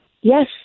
Yes